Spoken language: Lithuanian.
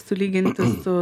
sulyginti su